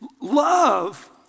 love